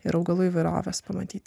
ir augalų įvairovės pamatyti